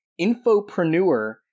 infopreneur